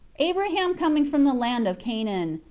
abraham com ing from the land of chanaan,